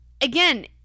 again